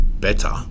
better